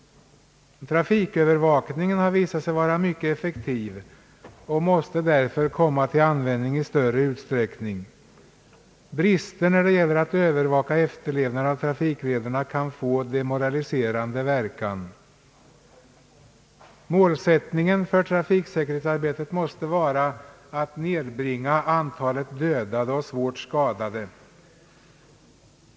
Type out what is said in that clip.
Trafikövervakningen har visat sig vara mycket effektiv och måste därför komma till användning i större utsträckning. Brister när det gäller att övervaka efterlevnaden av trafikreglerna kan få demoraliserande verkan. Målsättningen för trafiksäkerhetsarbetet måste vara att nedbringa antalet dödade och svårt skadade.